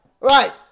Right